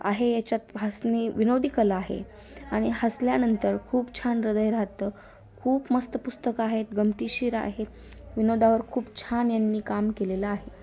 आहे याच्यात हसणे विनोदी कला आहे आणि हसल्यानंतर खूप छान हदय राहतं खूप मस्त पुस्तकं आहेत गंमतीशीर आहेत विनोदावर खूप छान यांनी काम केलेलं आहे